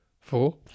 Four